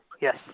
Yes